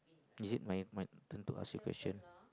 is it my my turn to ask you question